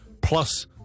plus